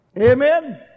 Amen